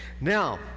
Now